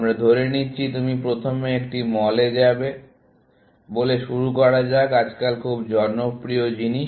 আমরা ধরে নিচ্ছি তুমি প্রথমে একটি মলে যাবে বলে শুরু করা যাক আজকাল খুব জনপ্রিয় জিনিস